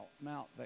Mount